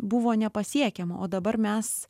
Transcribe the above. buvo nepasiekiama o dabar mes